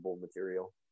material